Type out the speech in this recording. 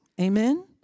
Amen